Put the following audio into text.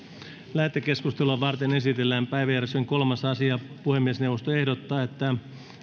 lähetekeskustelua varten esitellään päiväjärjestyksen kolmas asia puhemiesneuvosto ehdottaa että